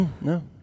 No